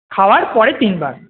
খাওয়ার পরে তিনবার